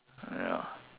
ya